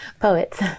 poets